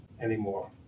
anymore